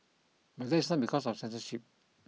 but that is not because of censorship